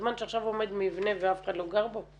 לא חבל על הזמן שעכשיו עומד מבנה ואף אחד לא גר בו.